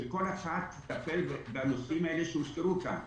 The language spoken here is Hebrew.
שכל אחת תטפל בנושאים האלה שהוזכרו כאן.